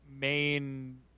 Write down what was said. main